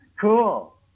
Cool